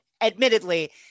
admittedly